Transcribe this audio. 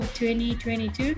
2022